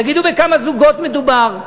תגידו בכמה זוגות מדובר.